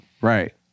right